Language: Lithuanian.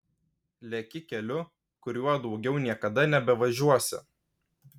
leki keliu kuriuo daugiau niekada nebevažiuosi